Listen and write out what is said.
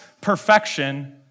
perfection